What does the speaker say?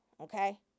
Okay